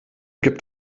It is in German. gibt